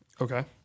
Okay